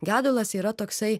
gedulas yra toksai